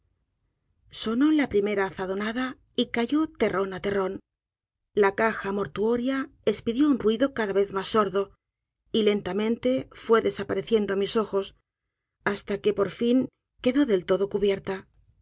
sonó la primera azadonada y cayó terrón á terron la caja niortuoria espidió un ruido cada vez mas sordo y lentamente fue desapareciendo á mis ojos hasta que por fin quedó del todo cubierta